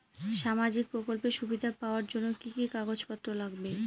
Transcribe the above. সামাজিক প্রকল্পের সুবিধা পাওয়ার জন্য কি কি কাগজ পত্র লাগবে?